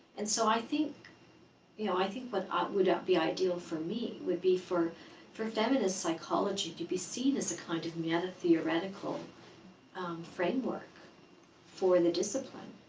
and so i think you know i think what ah would be ideal for me would be for for feminist psychology to be seen as a kind of meta-theoretical framework for the discipline,